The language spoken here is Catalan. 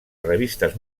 revistes